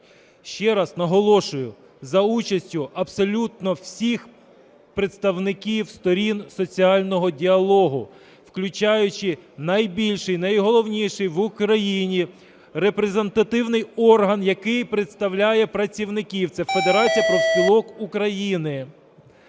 ще раз наголошую, за участю абсолютно всіх представників сторін соціального діалогу, включаючи найбільший, найголовніший в Україні репрезентативний орган, який представляє працівників, - це Федерація профспілок України.